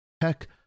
Heck